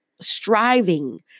striving